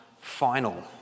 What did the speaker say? final